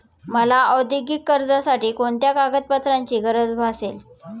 मला औद्योगिक कर्जासाठी कोणत्या कागदपत्रांची गरज भासेल?